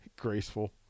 Graceful